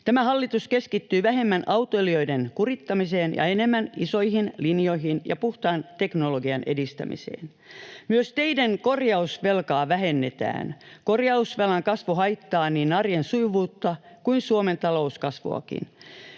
Tämä hallitus keskittyy vähemmän autoilijoiden kurittamiseen ja enemmän isoihin linjoihin ja puhtaan teknologian edistämiseen. Myös teiden korjausvelkaa vähennetään. Kor-jausvelan kasvu haittaa niin arjen sujuvuutta kuin Suomen talouskasvuakin.